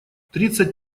тридцать